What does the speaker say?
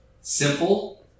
simple